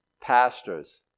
pastors